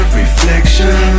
reflection